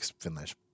Finnish